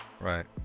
right